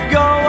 go